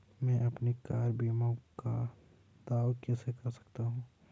मैं अपनी कार बीमा का दावा कैसे कर सकता हूं?